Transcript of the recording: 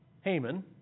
Haman